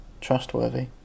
trustworthy